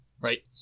right